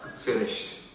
finished